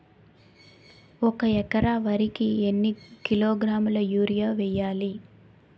ఒక ఎకర వరి కు ఎన్ని కిలోగ్రాముల యూరియా వెయ్యాలి?